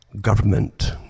government